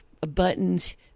buttons